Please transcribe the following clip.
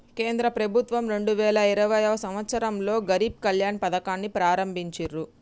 కేంద్ర ప్రభుత్వం రెండు వేల ఇరవైయవ సంవచ్చరంలో గరీబ్ కళ్యాణ్ పథకాన్ని ప్రారంభించిర్రు